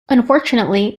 unfortunately